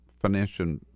Financial